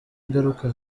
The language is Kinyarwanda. igaruka